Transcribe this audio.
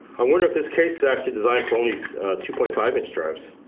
i wonder if this case is actually designed for only two point five inch drives